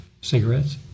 cigarettes